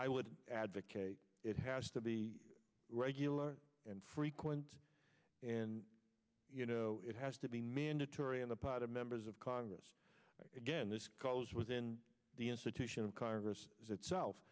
i would advocate it has to be regular and frequent and it has to be mandatory on the part of members of congress again this calls within the institution of congress itself